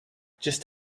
just